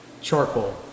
charcoal